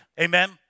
Amen